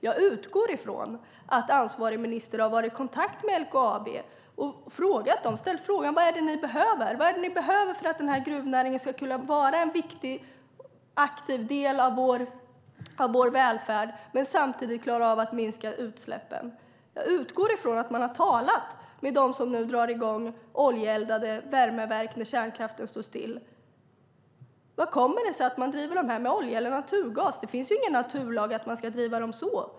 Jag utgår från att ansvarig minister har varit i kontakt med LKAB och ställt frågan: Vad är det ni behöver för att gruvnäringen ska kunna vara en viktig aktiv del av vår välfärd och samtidigt klara av att minska utsläppen? Jag utgår från att man har talat med dem som nu drar i gång oljeeldade värmeverk när kärnkraften står stilla. Hur kommer det sig att man driver dem med olja eller naturgas? Det finns ingen naturlag att man ska driva dem så.